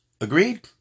Agreed